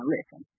Listen